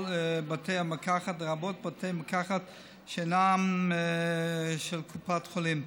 בתי מרקחת לרבות בתי מרקחת שאינם של קופת חולים.